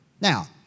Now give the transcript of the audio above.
Now